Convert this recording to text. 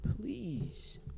Please